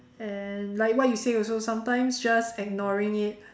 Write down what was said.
and like what you say also sometimes just ignoring it